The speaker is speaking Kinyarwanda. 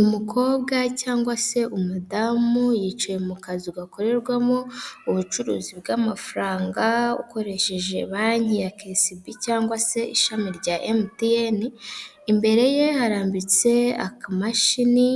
Umukobwa cyangwa se umudamu yicaye mu kazi gakorerwamo ubucuruzi bw'amafaranga, ukoresheje banki ya kisibi cyangwa se ishami rya emutiyeni, imbere ye harambitse akamashini,